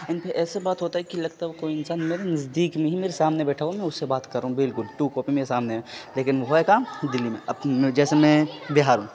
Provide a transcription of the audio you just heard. ان پہ ایسے بات ہوتا ہے کہ لگتا ہے کوئی انسان میرے نزدیک میں ہی میرے سامنے بیٹھا ہوا ہے میں اس سے بات کر رہا ہوں بالکل ٹو کاپی میرے سامنے لیکن وہ ہے کہاں دہلی میں جیسے میں بہار میں